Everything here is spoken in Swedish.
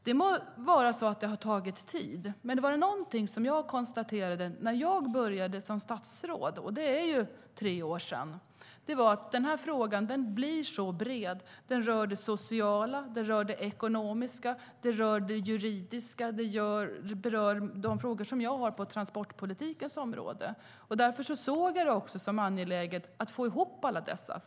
Det må ha tagit tid, men var det någonting som jag konstaterade när jag började som statsråd för tre år sedan var det att frågan blir så bred - den rör det sociala, den rör det ekonomiska, den rör det juridiska och den berör de frågor som jag har på transportpolitikens område. Därför såg jag det också som angeläget att få ihop allt detta.